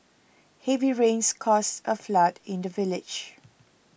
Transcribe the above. heavy rains caused a flood in the village